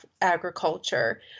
agriculture